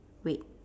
red